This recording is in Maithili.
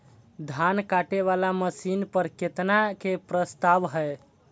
धान काटे वाला मशीन पर केतना के प्रस्ताव हय?